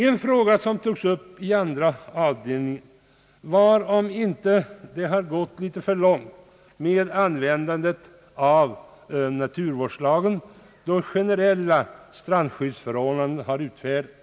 En fråga som togs upp i andra avdelningen gällde om det inte har gått litet för långt med användandet av naturvårdslagen då generella strandskyddsförordnanden har utfärdats.